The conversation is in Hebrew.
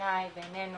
בעיניי ובעינינו,